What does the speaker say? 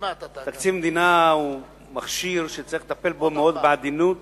תקציב המדינה הוא מכשיר שצריך לטפל בו מאוד בעדינות,